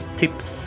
tips